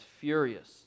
furious